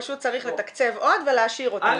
פשוט צריך לתקצב עוד ולהשאיר אותם,